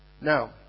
Now